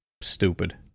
stupid